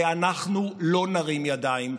ואנחנו לא נרים ידיים,